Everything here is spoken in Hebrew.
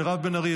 מירב בן ארי,